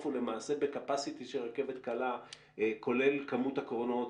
הוא למעשה בקפסיטי של רכבת קלה כולל כמות הקרונות,